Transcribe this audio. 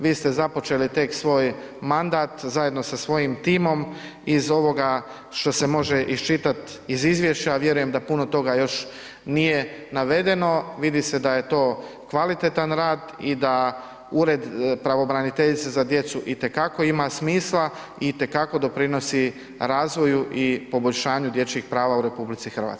Vi ste započeli tek svoj mandat zajedno sa svojim timom, iz ovoga što se može isčitat iz izvješća, a vjerujem da puno toga još nije navedeno, vidi se da je to kvalitetan rad i da ured pravobraniteljice za djecu itekako ima smisla i itekako doprinosi razvoju i poboljšanju dječjih prava u RH.